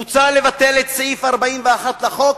מוצע לבטל את סעיף 41 לחוק,